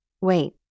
Wait